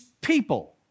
people